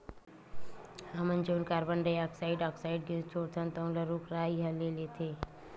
हमन जउन carbon dioxide oxide gas छोड़थन तउन ल रूख राई ह ले लेथे